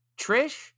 Trish